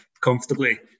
comfortably